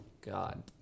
God